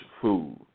food